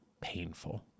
painful